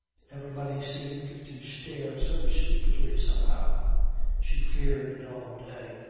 everybody seemed to stare so stupidly somehow she feared a dull day.